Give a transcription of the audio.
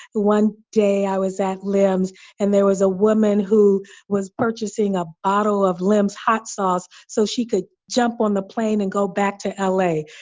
one day i was at limbs and there was a woman who was purchasing a bottle of lims hot sauce so she could jump on the plane and go back to l a.